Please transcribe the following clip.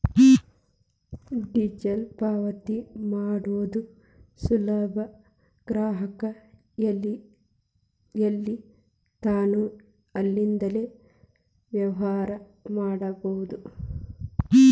digital ಪಾವತಿ ಮಾಡೋದು ಸುಲಭ ಗ್ರಾಹಕ ಎಲ್ಲಿರ್ತಾನೋ ಅಲ್ಲಿಂದ್ಲೇ ವ್ಯವಹಾರ ಮಾಡಬೋದು